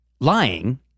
lying